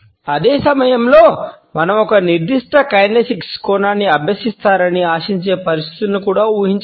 అదే సమయంలో మనం ఒక నిర్దిష్ట కైనెసిక్స్ కోణాన్ని అభ్యసిస్తారని ఆశించే పరిస్థితులను కూడా ఊహించవచ్చు